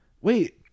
wait